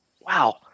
Wow